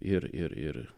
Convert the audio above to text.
ir ir